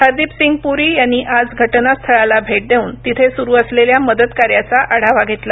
हरदीपसिंग पुरी यांनी आज घटनास्थळाला भेट देऊन तिथे सुरू असलेल्या मदत कार्याचा आढावा घेतला